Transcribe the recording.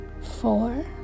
four